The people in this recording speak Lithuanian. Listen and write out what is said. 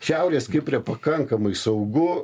šiaurės kipre pakankamai saugu